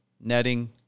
Netting